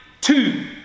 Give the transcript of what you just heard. two